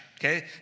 okay